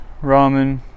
ramen